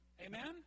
Amen